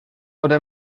ode